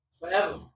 Forever